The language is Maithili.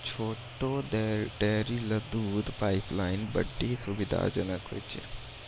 छोटो डेयरी ल दूध पाइपलाइन बड्डी सुविधाजनक होय छै